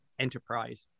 Enterprise